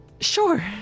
Sure